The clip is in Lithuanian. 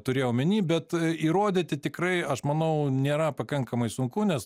turėjau omeny bet įrodyti tikrai aš manau nėra pakankamai sunku nes